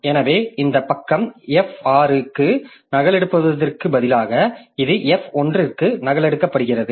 எனவே இந்த பக்கம் f 6 க்கு நகலெடுக்கப்படுவதற்கு பதிலாக இது f1 க்கு நகலெடுக்கப்படுகிறது